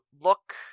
look